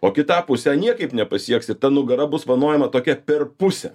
o kitą pusę niekaip nepasieksi ta nugara bus vanojama tokia per pusę